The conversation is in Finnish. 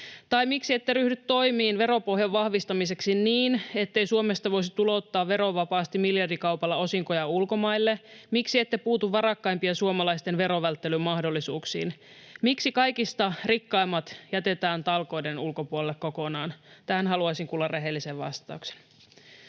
Tai miksi ette ryhdy toimiin veropohjan vahvistamiseksi niin, ettei Suomesta voisi tulouttaa verovapaasti miljardikaupalla osinkoja ulkomaille? Miksi ette puutu varakkaimpien suomalaisten verovälttelymahdollisuuksiin? Miksi kaikista rikkaimmat jätetään talkoiden ulkopuolelle kokonaan? Tähän haluaisin kuulla rehellisen vastauksen.